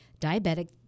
diabetic